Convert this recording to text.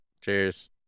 cheers